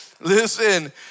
listen